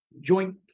joint